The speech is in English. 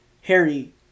harry